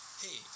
hey